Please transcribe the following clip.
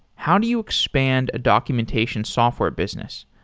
how do you expand a documentation software business?